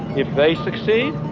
if they succeed,